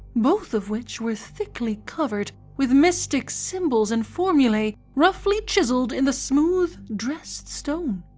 both of which were thickly covered with mystic symbols and formulae roughly chiselled in the smooth dressed stone.